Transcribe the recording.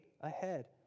ahead